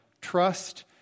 trust